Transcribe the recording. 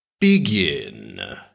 begin